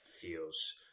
feels